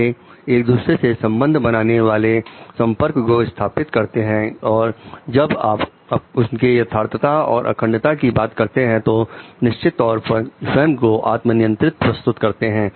वे एक दूसरे से संबंध रखने वाले संपर्क को स्थापित करते हैं और जब आप उनके यथार्थता और अखंडता की बात करते हैं तो निश्चित तौर पर स्वयं को आत्म नियंत्रित प्रस्तुत करते हैं